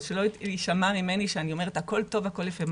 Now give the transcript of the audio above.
שלא ישמע ממני שאני אומרת, הכול טוב, הכול יפה.